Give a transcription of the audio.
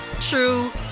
true